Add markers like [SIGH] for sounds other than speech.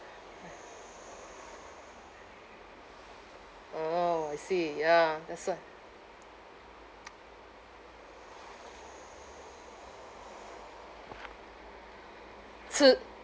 orh I see ya that's why [NOISE]